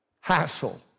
hassle